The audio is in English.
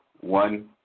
One